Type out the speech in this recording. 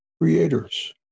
creators